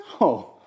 no